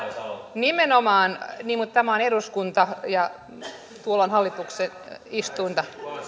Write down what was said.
nimenomaan mutta tämä on eduskunta ja tuolla on hallituksen istuimet